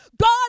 God